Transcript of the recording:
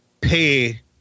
pay